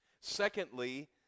Secondly